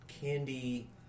candy